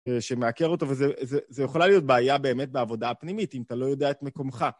שמעקר אותו, וזה יכולה להיות בעיה באמת בעבודה הפנימית, אם אתה לא יודע את מקומך.